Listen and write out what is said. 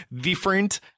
different